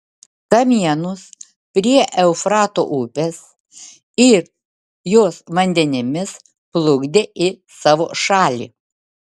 kamienus prie eufrato upės ir jos vandenimis plukdė į savo šalį